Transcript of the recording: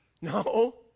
No